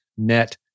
net